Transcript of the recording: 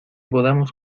podamos